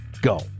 go